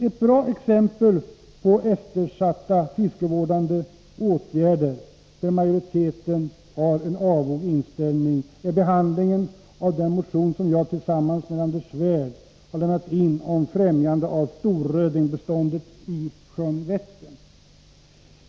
Ett bra exempel på hur fiskevårdande åtgärder blir eftersatta på grund av majoritetens avoga inställning är behandlingen av den motion som jag tillsammans med Anders Svärd har väckt om främjande av storrödingbeståndet i sjön Vättern.